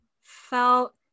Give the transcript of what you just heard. felt